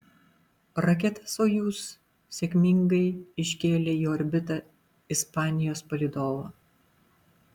raketa sojuz sėkmingai iškėlė į orbitą ispanijos palydovą